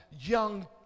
young